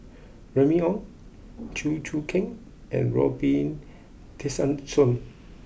Remy Ong Chew Choo Keng and Robin Tessensohn